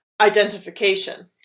identification